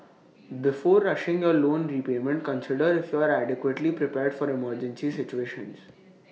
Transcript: before rushing your loan repayment consider if you are adequately prepared for emergency situations